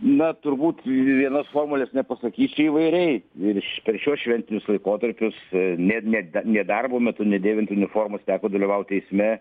na turbūt vienos nuomonės nepasakys čia įvairiai ir per šiuos šventinius laikotarpius net ne net nedarbo metu nedėvint uniformos teko dalyvauti teisme